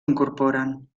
incorporen